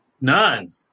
None